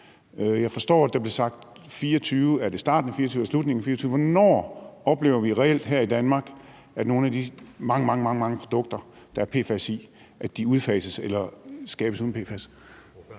Jeg forstår, at der blev sagt 2024. Er det i starten af 2024 eller slutningen af 2024? Hvornår oplever vi reelt her i Danmark, at nogle af de mange, mange produkter, der er PFAS i, udfases eller skabes uden PFAS?